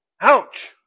ouch